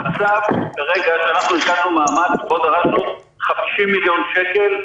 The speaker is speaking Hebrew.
המצב כרגע שאנחנו החזקנו מעמד --- 50 מיליון שקל,